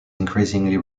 increasingly